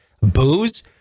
booze